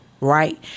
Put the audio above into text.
right—